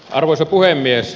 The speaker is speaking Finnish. arvoisa puhemies